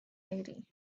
lady